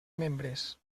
membres